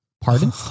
Pardon